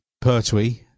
Pertwee